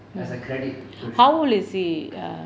how old is he err